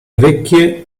vecchie